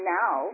now